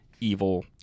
evil